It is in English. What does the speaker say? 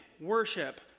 Worship